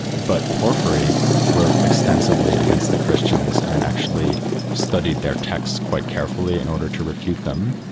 but porphyry wrote extensively against the christians and actually studied their texts quite carefully in order to refute them.